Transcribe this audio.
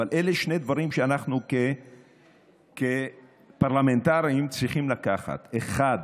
אבל אלה שני דברים שאנחנו כפרלמנטרים צריכים לקחת: אחד,